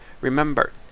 remember